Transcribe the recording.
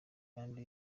kandi